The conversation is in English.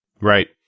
Right